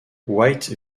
white